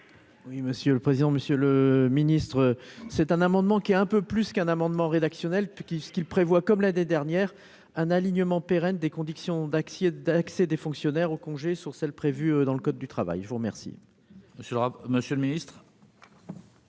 Oui, monsieur le président, Monsieur le Ministre, c'est un amendement qui est un peu plus qu'un amendement rédactionnel qui ce qu'il prévoit, comme l'année dernière un alignement pérenne des conditions d'accès d'accès des fonctionnaires aux congés sur celle prévues dans le code du travail, je vous remercie, monsieur le monsieur